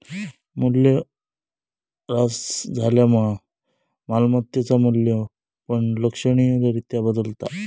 मूल्यह्रास झाल्यामुळा मालमत्तेचा मू्ल्य पण लक्षणीय रित्या बदलता